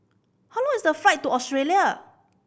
how long is the flight to Australia